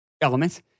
Elements